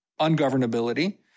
ungovernability